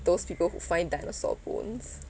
those people who find dinosaur bones